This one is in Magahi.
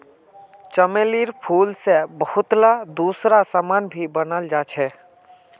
चमेलीर फूल से बहुतला दूसरा समान भी बनाल जा छे